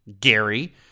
Gary